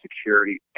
security